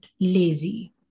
lazy